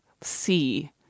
see